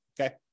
okay